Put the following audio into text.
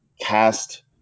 cast